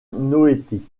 noétie